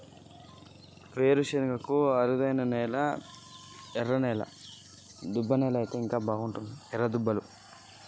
వేరు శనగ సాగు చేయడానికి అనువైన నేల ఏంటిది?